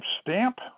stamp